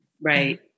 Right